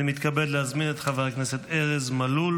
אני מתכבד להזמין את חבר הכנסת ארז מלול